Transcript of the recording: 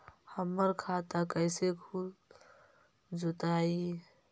हमर खाता कैसे खुल जोताई?